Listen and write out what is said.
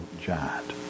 giant